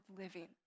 living